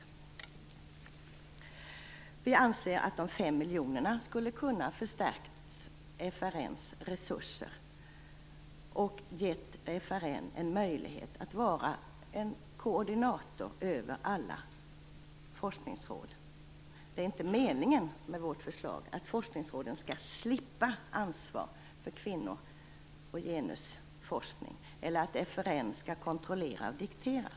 Folkpartiet anser att de fem miljoner kronorna skulle ha kunnat förstärkt FRN:s resurser och gett det en möjlighet att vara en koordinator över alla forskningsråd. Det är inte meningen att forskningsråden skall slippa ansvar för kvinnor och genusforskning, eller att FRN skall kontrollera och diktera.